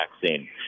vaccine